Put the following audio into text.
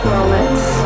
Moments